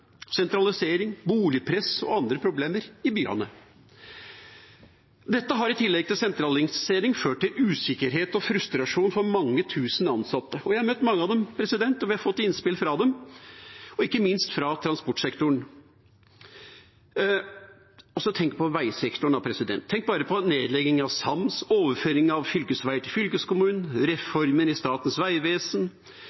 sentralisering, boligpress og andre problemer i byene. Dette har i tillegg til sentralisering ført til usikkerhet og frustrasjon for mange tusen ansatte. Vi har møtt mange av dem og fått innspill fra dem, ikke minst fra transportsektoren. Og så tenk på vegsektoren. Tenk bare på nedleggingen av sams vegadministrasjon, overføringen av fylkesveger til fylkeskommunen,